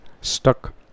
stuck